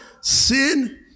Sin